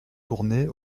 tournées